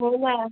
हो ना